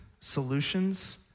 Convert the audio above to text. solutions